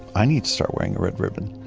i need to start wearing a red ribbon.